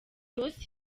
ross